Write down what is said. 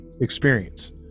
experience